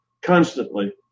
constantly